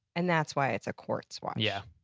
and that's why it's a quartz watch. yeah